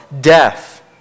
death